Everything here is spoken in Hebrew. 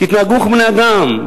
תתנהגו כמו בני-אדם,